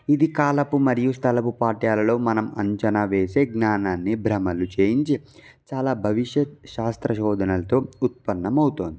ఇది కాలపు మరియు స్థలపు పాఠ్యాలలో మనం అంచనా వేసే జ్ఞానాన్ని బ్రమలు చేయించి చాలా భవిష్యత్తు శాస్త్ర శోధనలతో ఉత్పన్ననం అవుతుంది